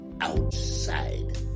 outside